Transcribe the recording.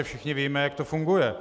Všichni víme, jak to funguje.